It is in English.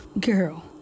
Girl